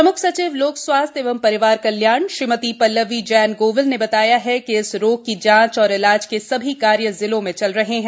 प्रमुख सचिव लोक स्वास्थ्य एवं परिवार श्रीमती पल्लवी जैन गोविल ने बताया कि इस रोग की जांच और इलाज के सभी कार्य जिलों में चल रहे हैं